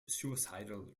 suicidal